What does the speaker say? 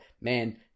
man